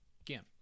Again